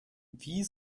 wie